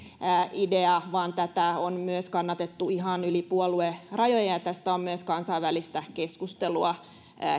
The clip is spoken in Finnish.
idea vaan tätä on kannatettu ihan yli puoluerajojen ja tästä on myös kansainvälistä keskustelua